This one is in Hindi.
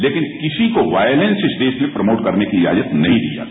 लेकिन किसी को वायलेंस इस देष में प्रमोट करने की इजाजत नहीं दी जा सकती